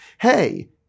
hey